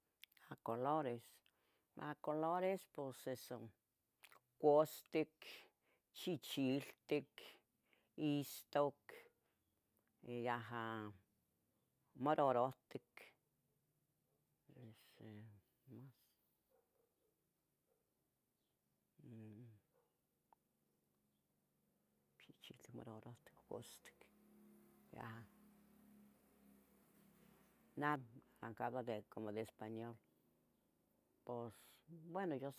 A, colores, a colores pos eso, costic, chichiltic, istoc, y yaha morarohtic, ese que mas, chichiltic, morarohtic, costic, ya, neh, acaba de como de español, pos, bueno.